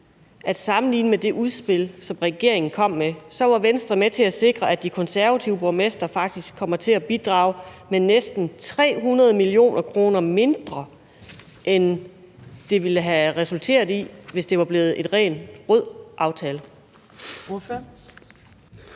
at sammenlignet med det udspil, som regeringen kom med, var Venstre med til at sikre, at de konservative borgmestre faktisk kommer til at bidrage med næsten 300 mio. kr. mindre, end resultatet havde været, hvis det var blevet en ren rød aftale?